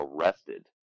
arrested